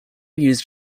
used